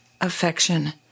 affection